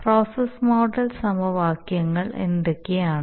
process model സമവാക്യങ്ങൾ എന്തൊക്കെയാണ്